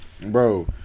Bro